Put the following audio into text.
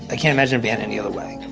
i can't imagine him being any other way.